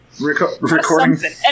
Recording